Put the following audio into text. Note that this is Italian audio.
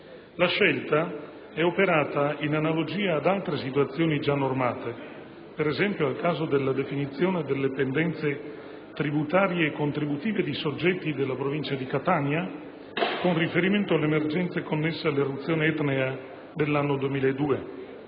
La scelta è operata in analogia ad altre situazioni già normate, per esempio al caso della definizione delle pendenze tributarie e contributive di soggetti della provincia di Catania, con riferimento all'emergenza connessa all'eruzione etnea dell'anno 2002.